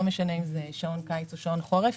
לא משנה אם זה שעון קיץ או שעון חושך,